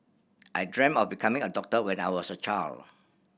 I dreamt of becoming a doctor when I was a child